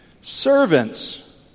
servants